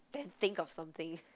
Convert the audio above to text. then think of something